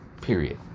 Period